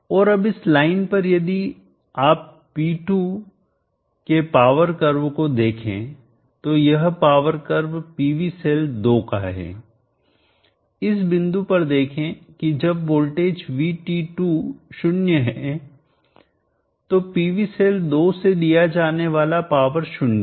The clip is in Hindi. और अब इस लाइन पर यदि आप P2 के पावर कर्व को देखें तो यह पावर कर्व PV सेल 2 का है इस बिंदु पर देखें कि जब वोल्टेज VT2 0 है तो PV सेल 2 से दिया जाने वाला पावर 0 है